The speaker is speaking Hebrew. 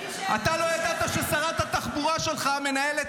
--- אתה לא ידעת ששרת התחבורה שלך מנהלת